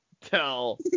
tell